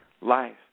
life